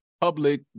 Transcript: public